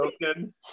broken